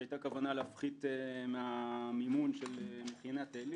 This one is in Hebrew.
כשהיתה כוונה להפחית מהמימון של מכינת עלי